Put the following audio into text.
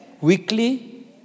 weekly